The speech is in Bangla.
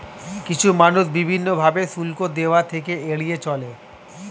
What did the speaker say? কিছু মানুষ বিভিন্ন ভাবে শুল্ক দেওয়া থেকে এড়িয়ে চলে